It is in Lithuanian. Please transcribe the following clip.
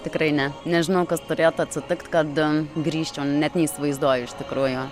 tikrai ne nežinau kas turėtų atsitikt kad grįžčiau net neįsivaizduoju iš tikrųjų